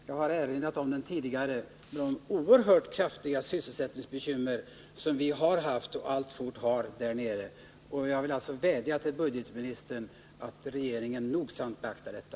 Redan tidigare har jag erinrat om de oerhört stora sysselsättningsbekymmer som vi har haft och alltfort har där nere. Därför vill jag alltså vädja till budgetministern att regeringen nogsamt beaktar detta.